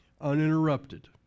uninterrupted